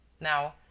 Now